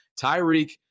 Tyreek